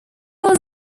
was